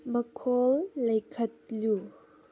ꯃꯈꯣꯜ ꯂꯩꯈꯠꯂꯨ